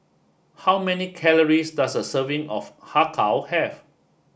how many calories does a serving of Har Kow have